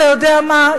אתה יודע מה,